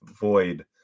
void